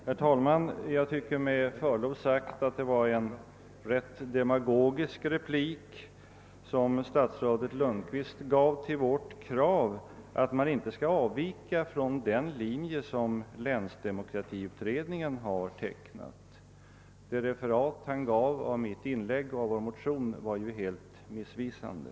Herr talman! Jag tycker med förlov sagt att statsrådet Lundkvists replik med anledning av vårt krav att man inte skall avvika från den linje, som länsdemokratiutredningen har dragit upp, var ganska demagogisk. Det referat civilministern gav av mitt inlägg och av vår motion var helt missvisande.